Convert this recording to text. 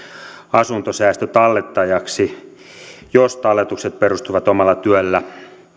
asuntosäästötallettajaksi jos talletukset perustuvat omalla työllä